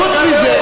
חוץ מזה,